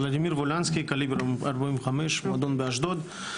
ולדימיר ווליאנסקי, קליבר 0.45, מועדון באשדוד.